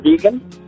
vegan